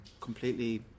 completely